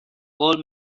all